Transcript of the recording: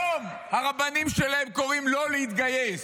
היום הרבנים שלהם קוראים לא להתגייס.